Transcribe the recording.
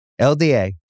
LDA